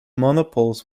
monopoles